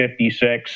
56